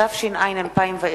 התש"ע 2010,